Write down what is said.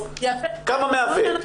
כמה מהווה?